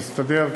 להסתדר,